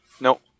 Nope